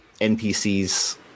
npcs